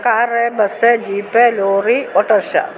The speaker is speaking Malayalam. car bus jeep lorry auto rickshaw